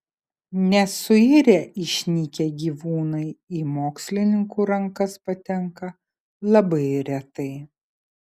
nesuirę išnykę gyvūnai į mokslininkų rankas patenka labai retai